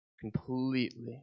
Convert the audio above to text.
completely